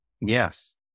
Yes